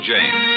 James